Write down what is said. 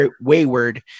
wayward